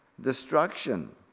destruction